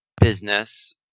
business